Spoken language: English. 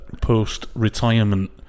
post-retirement